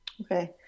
okay